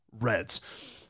reds